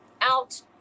out